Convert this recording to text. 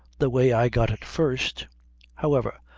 the way i got it first however,